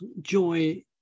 joy